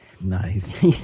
nice